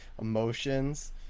emotions